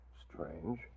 Strange